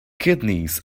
kidneys